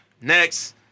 next